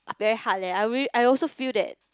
ah very hard eh I very I also feel that